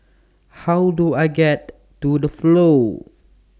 How Do I get to The Flow